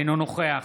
אינו נוכח